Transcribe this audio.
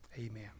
Amen